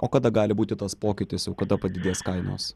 o kada gali būti tas pokytis jau kada padidės kainos